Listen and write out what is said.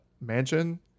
mansion